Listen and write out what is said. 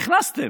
כן?